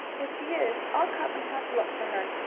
if she is i'll come and help look for her.